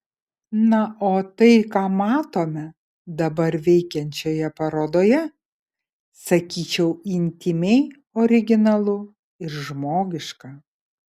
na o tai ką matome dabar veikiančioje parodoje sakyčiau intymiai originalu ir žmogiška